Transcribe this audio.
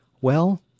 Well